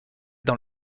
dans